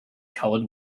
colored